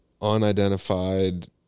Unidentified